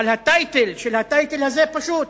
אבל ה"טייטל" של הטייטל הזה פשוט,